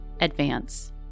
advance